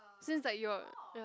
seems like your ya